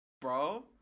Bro